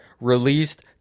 released